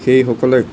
সেইসকলে